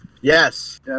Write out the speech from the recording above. Yes